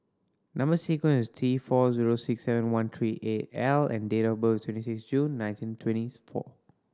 number sequence T four zero six seven one three eight L and date of birth is twenty six June nineteen twenties four